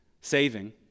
saving